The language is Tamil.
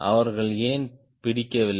அவர்கள் ஏன் பிடிக்கவில்லை